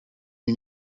you